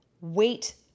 wait